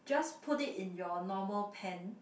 just put it in your normal pan